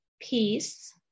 peace